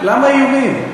למה איומים?